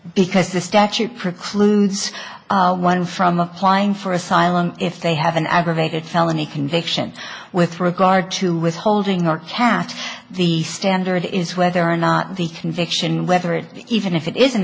because the statute precludes one from applying for asylum if they have an aggravated felony conviction with regard to withholding or half the standard is whether or not the conviction whether it even if it is